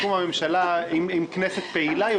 כשתקום הממשלה עם כנסת פעילה יותר,